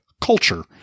culture